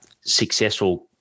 successful